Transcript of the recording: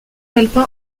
alpin